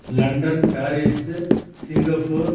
London Paris Singapore